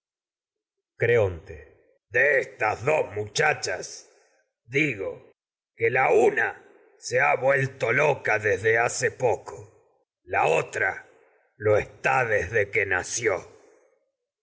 de estas dos muchachas hace digo que la una ha vuelto loca desde poco la otra lo está desde que nació